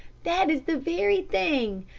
that is the very thing.